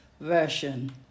Version